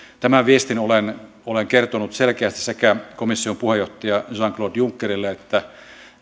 tämän viestin olen kertonut selkeästi sekä komission puheenjohtajalle jean claude junckerille että